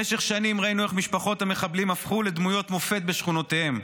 במשך שנים ראינו איך משפחות המחבלים הפכו לדמויות מופת בשכונותיהם,